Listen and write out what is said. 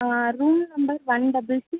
ஆ room number ஒன்பது